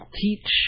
teach